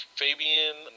fabian